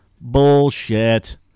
Bullshit